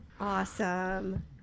Awesome